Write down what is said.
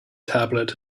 tablet